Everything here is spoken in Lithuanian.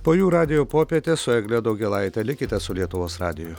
po jų radijo popietė su egle daugėlaite likite su lietuvos radiju